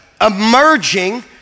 emerging